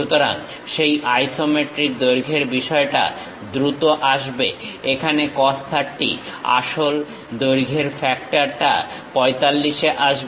সুতরাং সেই আইসোমেট্রিক দৈর্ঘ্যের বিষয়টা দ্রুত আসবে এখানে cos 30 আসল দৈর্ঘ্যের ফ্যাক্টর টা 45 এ আসবে